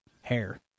hair